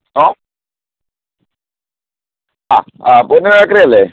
hello ആ Ponnu bakery അല്ലേ